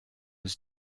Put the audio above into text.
was